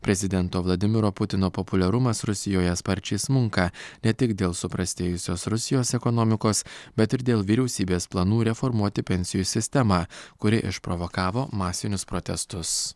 prezidento vladimiro putino populiarumas rusijoje sparčiai smunka ne tik dėl suprastėjusios rusijos ekonomikos bet ir dėl vyriausybės planų reformuoti pensijų sistemą kuri išprovokavo masinius protestus